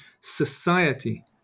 society